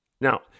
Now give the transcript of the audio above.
Now